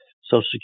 Social